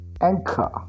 Anchor